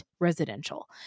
residential